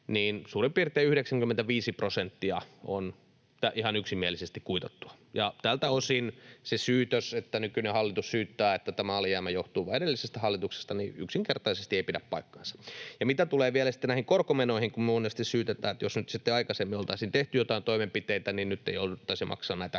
suurin piirtein 95 prosenttia on ihan yksimielisesti kuitattua. Tältä osin se syytös, että nykyinen hallitus syyttää, että tämä alijäämä johtuu vain edellisestä hallituksesta, yksinkertaisesti ei pidä paikkaansa. Ja mitä tulee vielä sitten näihin korkomenoihin, kun monesti syytetään, että jos nyt sitten aikaisemmin oltaisiin tehty jotain toimenpiteitä, nyt ei jouduttaisi maksamaan näitä